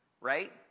Right